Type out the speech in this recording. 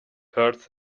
hurts